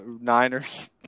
Niners